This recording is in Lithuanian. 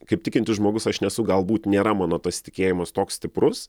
kaip tikintis žmogus aš nesu galbūt nėra mano tas tikėjimas toks stiprus